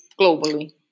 globally